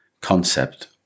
concept